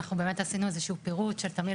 אנחנו באמת עשינו איזשהו פירוט של תמהיל